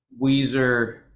weezer